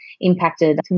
impacted